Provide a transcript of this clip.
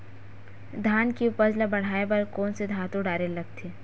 धान के उपज ल बढ़ाये बर कोन से खातु डारेल लगथे?